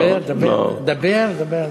דבר, דבר.